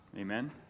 Amen